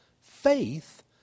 Faith